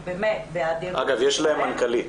אגב, יש להם מנכ"לית,